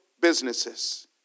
businesses